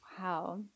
Wow